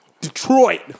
Detroit